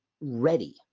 ready